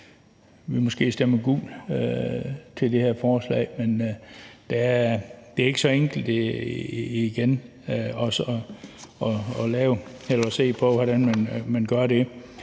at vi stemmer gult til det her forslag, men det er ikke så enkelt at se på, hvordan man gør det.